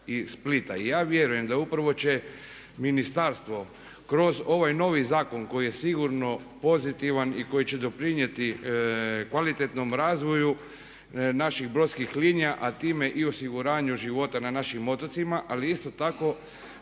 ja vjerujem da upravo će ministarstvo kroz ovaj novi zakon koji je sigurno pozitivan i koji će doprinijeti kvalitetnom razvoju naših brodskih linija, a time i osiguranju života na našim otocima ali isto tako